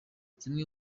zimwe